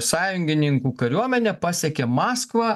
sąjungininkų kariuomenė pasiekė maskvą